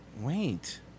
Wait